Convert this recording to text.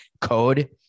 code